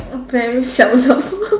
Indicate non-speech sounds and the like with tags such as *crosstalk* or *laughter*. very seldom *laughs*